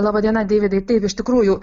laba diena deividai taip iš tikrųjų